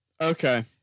Okay